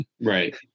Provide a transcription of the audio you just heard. Right